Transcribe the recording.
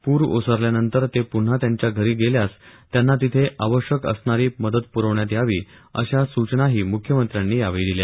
पूर ओसरल्यानंतर ते पुन्हा त्यांच्या घरी गेल्यास त्यांना तिथे आवश्यक असणारी मदत प्रवण्यात यावी अशा सूचनाही म्ख्यमंत्र्यांनी यावेळी दिल्या